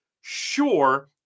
Sure